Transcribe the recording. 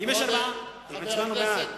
הצבענו בעד,